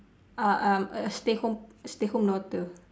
uh um a stay home stay home daughter